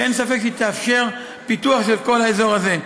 שאין ספק שהיא תאפשר פיתוח של כל האזור הזה.